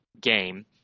game